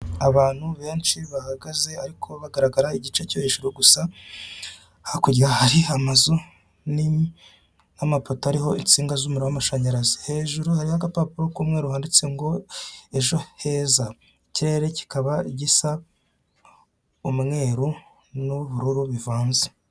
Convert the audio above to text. Abantu benshi bahagaze ariko bagaragara igice cyo hejuru gusa, hakurya hari amazu n'amapoto ariho insinga z'umuriro w'amashanyarazi, hejuru hariho agapapuro k'umweru handitse ngo ejo heza, ikirere kikaba gisa umweru n'ubururu bivanze.